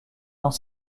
dans